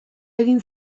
egin